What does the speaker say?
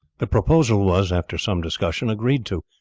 the proposal was, after some discussion, agreed to,